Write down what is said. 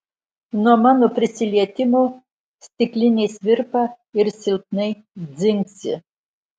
nuo mano prisilietimo stiklinės virpa ir silpnai dzingsi